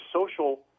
social